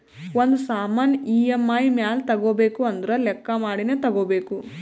ಒಂದ್ ಸಾಮಾನ್ ಇ.ಎಮ್.ಐ ಮ್ಯಾಲ ತಗೋಬೇಕು ಅಂದುರ್ ಲೆಕ್ಕಾ ಮಾಡಿನೇ ತಗೋಬೇಕು